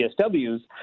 PSWs